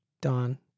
Don